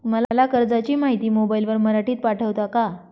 मला कर्जाची माहिती मोबाईलवर मराठीत पाठवता का?